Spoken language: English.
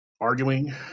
Arguing